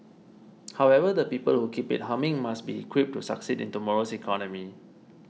however the people who keep it humming must be equipped to succeed in tomorrow's economy